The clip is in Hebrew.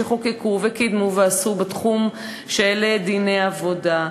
שחוקקו וקידמו ועשו בתחום של דיני עבודה,